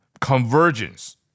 convergence